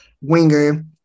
winger